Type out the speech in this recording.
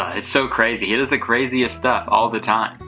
it's so crazy. he does the craziest stuff all the time.